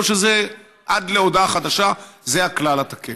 או שעד להודעה חדשה זה הכלל התקף?